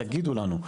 תגידו לנו,